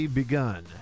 begun